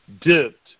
dipped